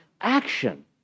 action